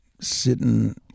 Sitting